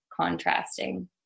contrasting